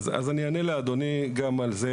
אז אני אענה לאדוני גם על זה.